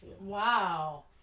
Wow